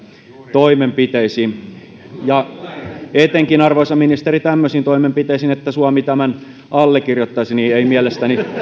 toimenpiteisiin ja etenkään arvoisa ministeri tämmöisiin toimenpiteisiin että suomi tämän allekirjoittaisi ei mielestäni